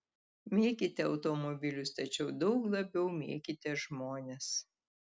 mėkite automobilius tačiau daug labiau mėkite žmones